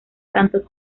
tanto